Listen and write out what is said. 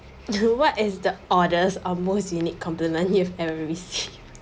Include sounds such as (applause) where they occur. (laughs) what is the orders of most unique compliment you've ever received (laughs)